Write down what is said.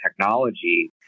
technology